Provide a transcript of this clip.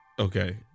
okay